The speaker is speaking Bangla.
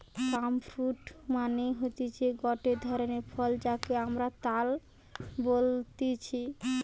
পাম ফ্রুইট মানে হতিছে গটে ধরণের ফল যাকে আমরা তাল বলতেছি